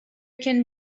can